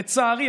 לצערי,